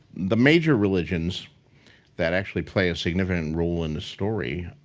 the major religions that actually play a significant role in the story